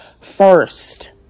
first